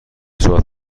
صحبت